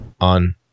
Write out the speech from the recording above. on